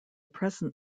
present